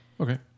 Okay